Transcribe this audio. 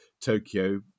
Tokyo